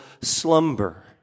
slumber